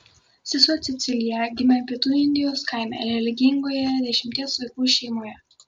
sesuo cecilija gimė pietų indijos kaime religingoje dešimties vaikų šeimoje